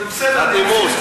קצת נימוס.